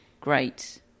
Great